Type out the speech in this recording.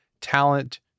talent